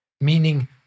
Meaning